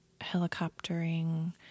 helicoptering